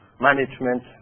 management